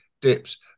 dips